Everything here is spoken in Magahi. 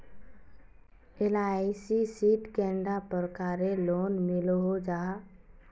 एल.आई.सी शित कैडा प्रकारेर लोन मिलोहो जाहा?